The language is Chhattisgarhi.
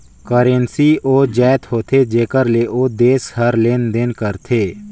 करेंसी ओ जाएत होथे जेकर ले ओ देस हर लेन देन करथे